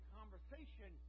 conversation